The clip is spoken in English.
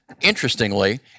interestingly